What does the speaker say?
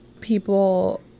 people